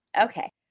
Okay